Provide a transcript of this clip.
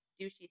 douchey